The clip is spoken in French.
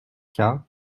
cas